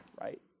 right